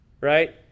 Right